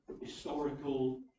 historical